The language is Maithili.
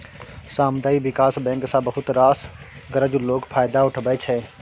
सामुदायिक बिकास बैंक सँ बहुत रास गरजु लोक फायदा उठबै छै